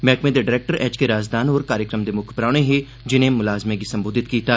मैह्कमे दे director H K Razdan होर कार्यक्रम दे मुक्ख परौह्ने हे जिनें मुलाज़में गी संबोधित कीता